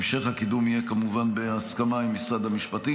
המשך הקידום יהיה כמובן בהסכמה עם משרד המשפטים,